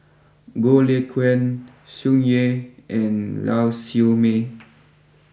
Goh Lay Kuan Tsung Yeh and Lau Siew Mei